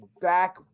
back